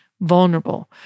vulnerable